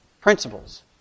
principles